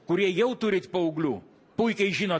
kurie jau turit paauglių puikiai žinot